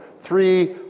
Three